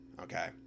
Okay